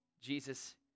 Jesus